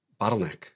bottleneck